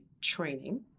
training